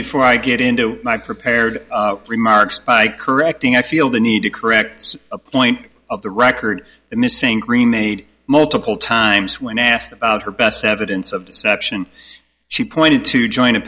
before i get into my prepared remarks by correcting i feel the need to correct a point of the record that missing green made multiple times when i asked her best evidence of deception she pointed to join a